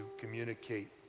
communicate